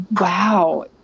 wow